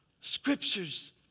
scriptures